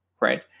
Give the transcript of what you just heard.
right